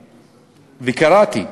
קראתי,